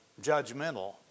judgmental